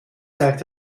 zeigt